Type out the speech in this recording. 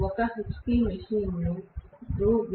1000 సాధారణంగా మీరు 1 hp machine ను రూ